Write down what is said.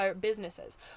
businesses